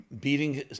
beating